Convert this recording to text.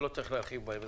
ולא צריך להרחיב בהם.